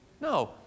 No